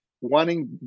wanting